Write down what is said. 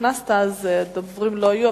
כשנכנסת הדוברים לא היו,